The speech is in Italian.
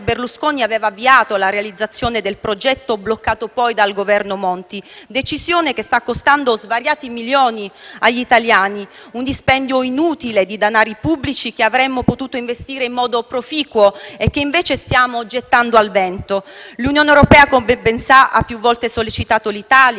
Berlusconi aveva avviato la realizzazione del progetto, bloccato poi dal Governo Monti, e tale decisione sta costando svariati milioni agli italiani, un dispendio inutile di danari pubblici, che avremmo potuto investire in modo proficuo e che invece stiamo gettando al vento. L'Unione europea, come ben sa, ha più volte sollecitato l'Italia